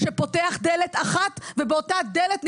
בשותפות בני משפחה ובשותפות משרד הרווחה